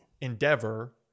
endeavor